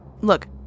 Look